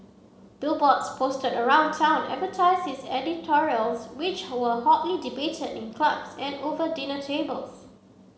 billboards posted around town advertised his editorials which were hotly debated in clubs and over dinner tables